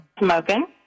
smoking